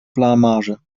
blamage